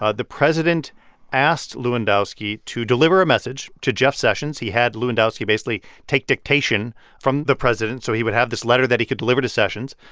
ah the president asked lewandowski to deliver a message to jeff sessions. he had lewandowski basically take dictation from the president, so he would have this letter that he could deliver to sessions.